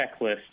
checklist